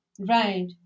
Right